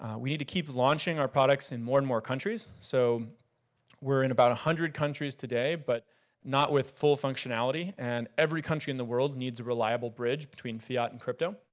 we need to keep launching our products in more and more countries. so we're in about one hundred countries today but not with full functionality and every country in the world needs reliable bridge between fiat and crypto.